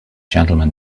gentlemen